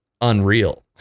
unreal